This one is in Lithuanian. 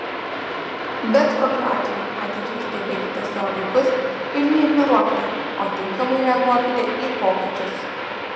bet kokiu atveju atidžiai stebėkite savo vaikus ir neignoruokite o tinkamai reaguokite į pokyčius